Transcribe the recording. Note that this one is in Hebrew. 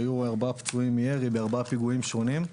היו ארבעה פצועים מירי בארבעה פיגועים שונים.